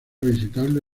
visitable